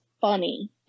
funny